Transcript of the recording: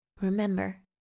Remember